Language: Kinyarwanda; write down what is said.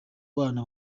bana